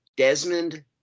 Desmond